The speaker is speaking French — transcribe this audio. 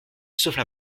souffle